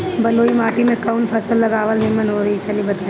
बलुई माटी में कउन फल लगावल निमन होई तनि बताई?